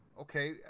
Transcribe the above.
Okay